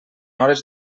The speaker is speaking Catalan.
hores